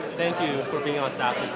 thank you for being on staff this